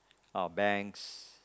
our banks